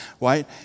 right